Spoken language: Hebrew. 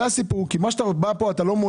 ההצעה היא לראות איך מניידים אני